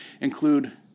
include